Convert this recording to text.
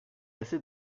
assez